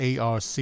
ARC